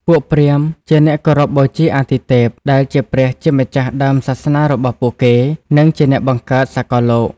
ពួកព្រាហ្មណ៍ជាអ្នកគោរពបូជាអាទិទេព ដែលជាព្រះជាម្ចាស់ដើមសាសនារបស់ពួកគេ និងជាអ្នកបង្កើតសកលលោក។